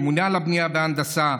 ממונה על הבנייה וההנדסה,